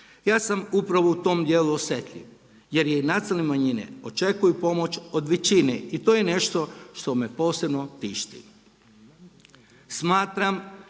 Ja sam upravo u tom dijelu osjetljiv jer i nacionalne manjine očekuju pomoć od većine i to je nešto što me posebno tišti.